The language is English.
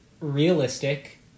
realistic